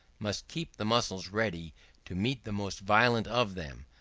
must keep the muscles ready to meet the most violent of them,